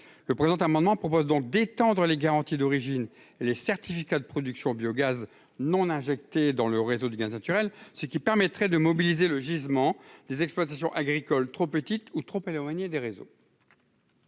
Cet amendement a donc pour objet d'étendre les garanties d'origine et les certificats de production au biogaz non injecté dans le réseau de gaz naturel, ce qui permettrait de mobiliser le gisement des exploitations agricoles trop petites ou trop éloignées des réseaux.